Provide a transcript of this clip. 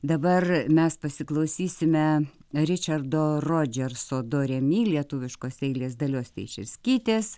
dabar mes pasiklausysime ričardo rodžerso do re mi lietuviškos eilės dalios teišerskytės